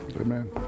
Amen